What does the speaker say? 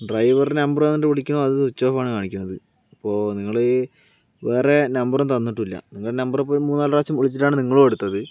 driver number തന്നിട്ട് വിളിക്കണോ അത് സ്വിച്ച് ഓഫ് ആണ് കാണിക്കണത് അപ്പോൾ നിങ്ങൾ വേറെ നമ്പർ തന്നിട്ടുമില്ല നിങ്ങളെ നമ്പറിപ്പം മൂന്നാലു പ്രാവശ്യം വിളിച്ചിട്ടാണ് നിങ്ങളും എടുത്തത്